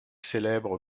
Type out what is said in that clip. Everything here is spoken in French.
célèbre